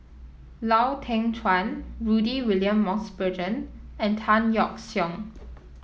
Lau Teng Chuan Rudy William Mosbergen and Tan Yeok Seong